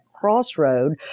crossroad